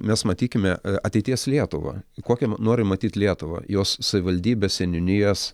mes matykime ateities lietuvą kokią norim matyt lietuvą jos savivaldybes seniūnijas